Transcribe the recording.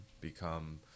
become